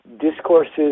discourses